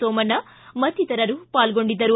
ಸೋಮಣ್ಣ ಮತ್ತಿತರರು ಪಾಲ್ಗೊಂಡಿದ್ದರು